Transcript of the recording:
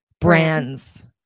brands